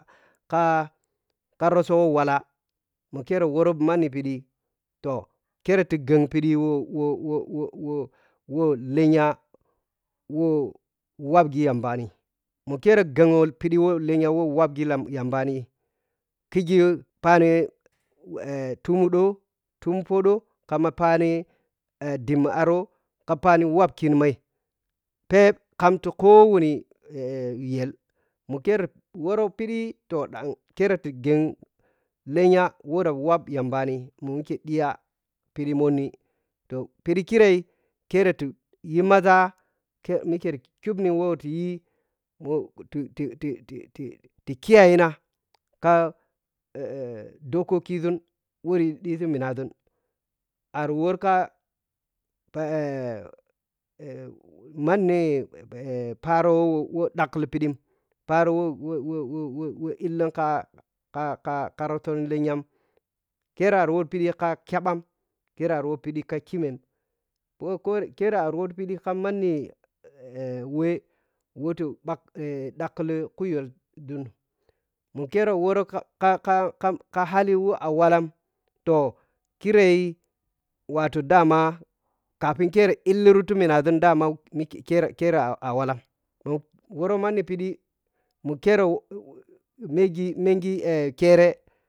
Ka ka rutsowo walla mokkere wɔro manni phiɗii tohkere ti gheg phidi wo-wo-wo- lenya wo whagigh yambani mo kere gheg phiɗi wo lenya wo whag yambani ghig phani tammu ɗɓ tummphoɗo kama phani a ɗhimi aro ka phani whap kini ma phep kam tika woni yel mo kere wɔrɔ phiɗi ton keriti gheg lenya wo ta whag yambani moi mike ɗhiya phidi mhonni toh phiɗi kire kereti yimaza ke mikeri idauphi wo tiyi ti-ti-ti-ti kiyayina ka dokokiȝun wori ɗhiti mina ȝun arwor ka pa manni pharo wo ɗhakklighi ɓhiɗi pharo wo wa wo wo ilanka kaka rutso lenya kerariwor phiɗi ka kyaɓham kerari wor phidi ka khimhe ar wo phidi ka manni wɛi ti ɗakkli wɛ khuyelsun makire worka ka-ka hali wo a walla toh kireyi watoh dama kafin kere litirutiminaȝun dama kire kir ear a walla toh worm anni phiɗi mi kire mengi kere.